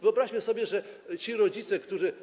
Wyobraźmy sobie, że ci rodzice, którzy.